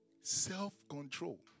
self-control